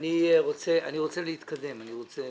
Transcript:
אני רוצה להתקדם, אני רוצה